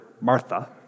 Martha